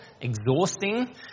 Exhausting